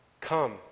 come